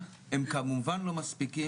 הם כמובן לא מספיקים,